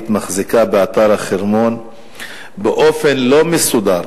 מחזיקה באתר החרמון באופן לא מסודר,